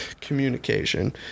communication